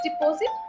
deposit